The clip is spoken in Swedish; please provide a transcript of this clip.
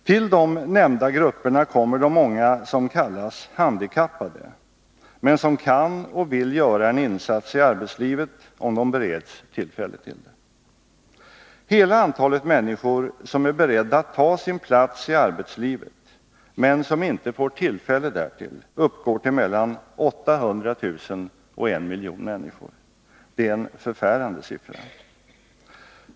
Till de nämnda grupperna kommer de många som kallas handikappade, men som kan och vill göra en insats i arbetslivet om de bereds tillfälle till det. Totala antalet människor som är beredda att ta sin plats i arbetslivet, men som inte får tillfälle därtill, uppgår till mellan 800 000 och 1 000 000. Det är en förfärande siffra.